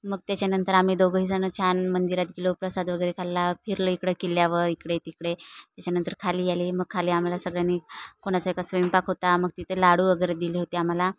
मग त्याच्यानंतर आम्ही दोघंही जण छान मंदिरात गेलो प्रसाद वगैरे खाल्ला फिरलो इकडे किल्ल्यावर इकडे तिकडे त्याच्यानंतर खाली आले मग खाली आम्हाला सगळ्यांनी कोणाचा एका स्वयंपाक होता मग तिथे लाडू वगैरे दिले होते आम्हाला